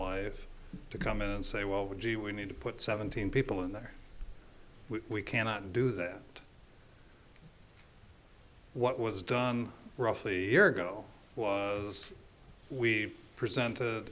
alive to come in and say well gee we need to put seventeen people in there we cannot do that what was done roughly a year ago was we present